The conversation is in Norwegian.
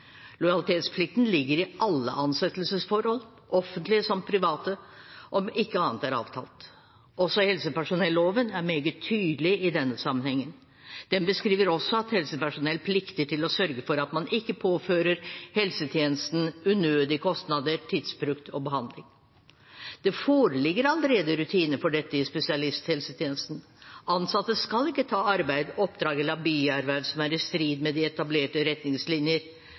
Lojalitetsplikten ligger i alle ansettelsesforhold, offentlige som private, om ikke annet er avtalt. Også helsepersonelloven er meget tydelig i denne sammenhengen. Den beskriver også at helsepersonell plikter å sørge for at man ikke påfører helsetjenesten unødige kostnader og tidsbruk ved behandling. Det foreligger allerede rutiner for dette i spesialisthelsetjenesten. Ansatte skal ikke ta arbeid, oppdrag eller biarbeid som er i strid med de etablerte retningslinjer.